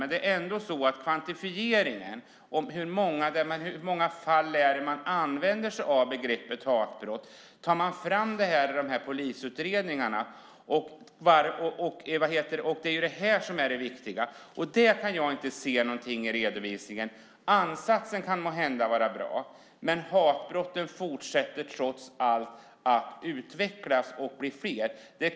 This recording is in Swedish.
Men det är kvantifieringen av hur många fall där man använder begreppet hatbrott och hur man tar fram det ur polisutredningarna som är det viktiga. Jag kan inte se något av detta i redovisningen. Ansatsen kan måhända vara bra, men hatbrotten fortsätter trots allt att utvecklas och bli fler.